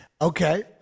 Okay